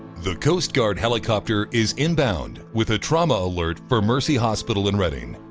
the coast guard helicopter is inbound, with a trauma alert for mercy hospital in redding.